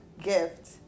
gift